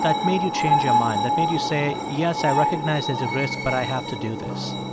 that made you change your mind that made you say, yes, i recognize this is a risk, but i have to do this?